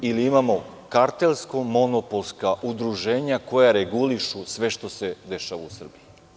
Ili imamo kartelsko monopolska udruženja koja regulišu sve što se dešava u Srbiji.